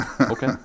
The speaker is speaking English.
Okay